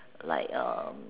like um